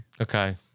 Okay